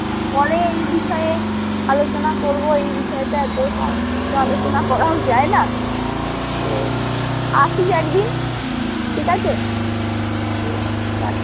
হ্যাঁ পরে এই বিষয়ে আলোচনা করবো এই বিষয়টায় এত সংক্ষিপ্ত আলোচনা করাও যায় না তো আসিস একদিন ঠিক আছে ঠিক আছে রাখছি